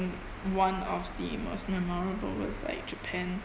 one of the most memorable was like japan